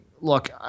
Look